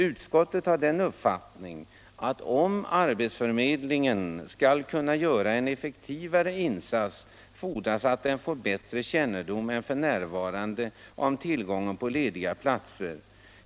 Utskottet har den uppfattningen att om arbetsförmedlingen skall kunna göra en effektivare insats fordras att den får bättre kännedom än f.n. om tillgången på lediga platser.